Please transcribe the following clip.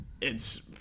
It's-